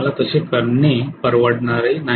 मला तसे करण्यास परवडत नाही